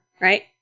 right